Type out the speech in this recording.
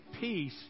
peace